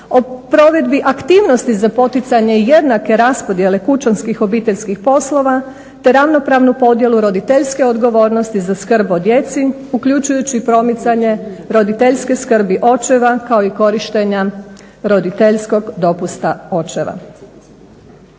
o provedbi aktivnosti za poticanje jednake raspodjele kućanskih obiteljskih poslova, te ravnopravnu podjelu roditeljske odgovornosti za skrb o djeci, uključujući promicanje roditeljske skrbi očeva, kao i korištenja roditeljskog dopusta očeva.